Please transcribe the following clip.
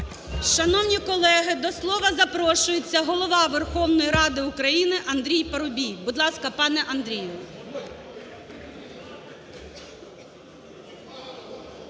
Шановні колеги! До слова запрошується Голова Верховної Ради України АндрійПарубій. Будь ласка, пане Андрію.